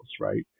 right